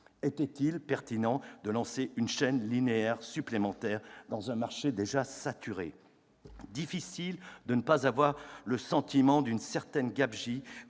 Était-il pertinent de lancer une chaîne linéaire supplémentaire dans un marché déjà saturé ? Difficile de ne pas avoir le sentiment d'une certaine gabegie